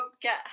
get